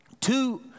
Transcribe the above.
two